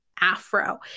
Afro